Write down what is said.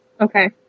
Okay